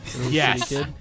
Yes